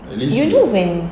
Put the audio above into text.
you know when